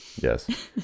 yes